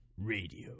Radio